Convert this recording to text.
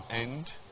end